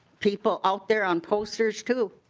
people out there on posters too.